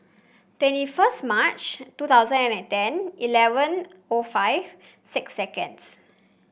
twenty first March two thousand and ten eleven O five six sconds